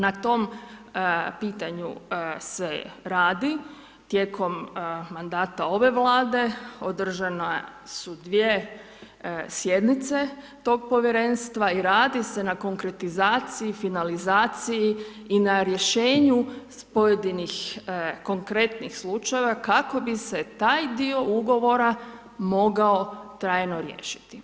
Na tom pitanju se radi, tijekom mandata ove Vlade održane su dvije sjednice tog povjerenstva i radi se na konkretizaciji, finalizaciji i na rješenju pojedinih konkretnih slučajeva kako bi se taj dio ugovora mogao trajno riješiti.